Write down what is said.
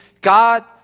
God